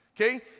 okay